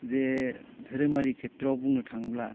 जे धोरोमारि खेथ्रआव बुंनो थाङोब्ला